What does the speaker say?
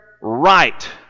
right